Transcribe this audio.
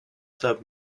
sub